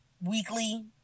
weekly